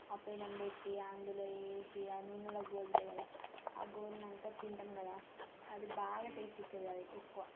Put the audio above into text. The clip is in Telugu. ఆ పెనం పెట్టి అందులో వేసి ఆ నూనెలో గోలుతుంది కదా ఆ గోలినాక తింటాం కదా అది బాగా టేస్ట్ ఇస్తుంది అది ఎక్కువ